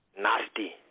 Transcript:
Nasty